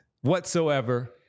whatsoever